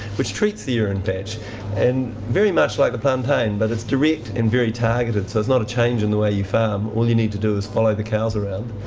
which treats the urine patch and very much like the plantain, but it's direct and very targeted. so it's not a change in the way you farm. all you need to do is follow the cows around.